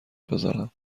بزنم